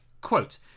quote